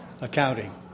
accounting